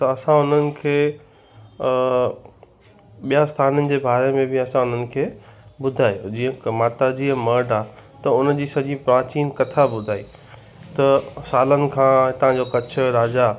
त असां उन्हनि खे ॿिया स्थाननि जे बारे में बि असां उन्हनि खे ॿुधायो जीअं कि माता जी मढ़ आहे त हुनजी सॼी प्राचीन कथा ॿुधाई त सालनि खां हितां जो कच्छ जो राजा